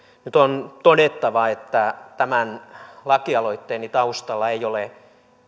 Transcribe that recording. nyt on todettava että tämän lakialoitteeni taustalla ei ole